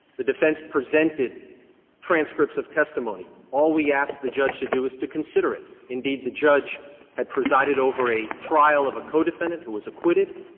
the defense presented transcripts of testimony. all we asked the judge to do is to consider it. indeed, the judge had presided over a trial of a co-defendant who was acquitted.